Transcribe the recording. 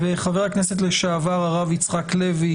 וחבר הכנסת לשעבר הרב יצחק לוי,